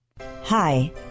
Hi